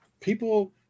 people –